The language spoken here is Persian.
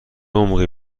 عمقی